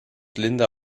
linda